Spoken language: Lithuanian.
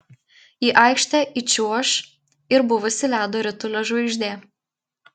į aikštę įčiuoš ir buvusi ledo ritulio žvaigždė